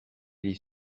les